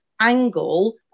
angle